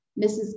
Mrs